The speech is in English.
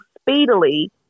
speedily